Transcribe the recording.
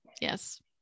Yes